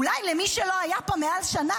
אולי למי שלא היה פה מעל שנה,